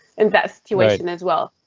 in that situation as well.